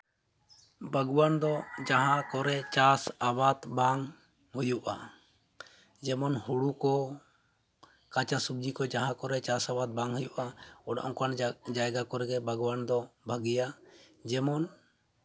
ᱵᱟᱜᱽᱣᱟᱱ ᱫᱚ ᱡᱟᱦᱟᱸ ᱠᱚᱨᱮᱫ ᱪᱟᱥ ᱟᱵᱟᱫᱽ ᱵᱟᱝ ᱦᱩᱭᱩᱜᱼᱟ ᱡᱮᱢᱚᱱ ᱦᱩᱲᱩ ᱠᱚ ᱠᱟᱸᱪᱟ ᱥᱚᱵᱽᱡᱤ ᱠᱚ ᱡᱟᱦᱟᱸ ᱠᱚᱨᱮᱫ ᱪᱟᱥ ᱟᱵᱟᱫᱽ ᱵᱟᱝ ᱦᱩᱭᱩᱜᱼᱟ ᱚᱱᱮ ᱚᱱᱠᱟᱱ ᱡᱟᱭᱜᱟ ᱠᱚᱨᱮᱜᱮ ᱵᱟᱜᱽᱣᱟᱱ ᱫᱚ ᱵᱷᱟᱹᱜᱤᱭᱟ ᱡᱮᱢᱚᱱ